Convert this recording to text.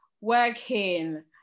working